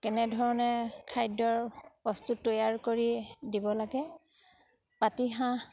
কেনেধৰণে খাদ্যৰ প্ৰস্তুত তৈয়াৰ কৰি দিব লাগে পাতিহাঁহ